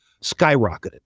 skyrocketed